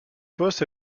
poste